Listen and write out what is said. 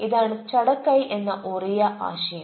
ഇതാണ് ചഡക് കൈ എന്ന ഒറിയ ആശയം